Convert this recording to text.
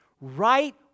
Right